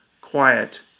quiet